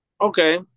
Okay